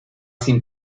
sin